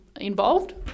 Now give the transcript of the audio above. involved